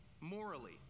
morally